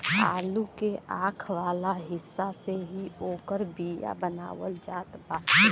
आलू के आंख वाला हिस्सा से ही ओकर बिया बनावल जात बाटे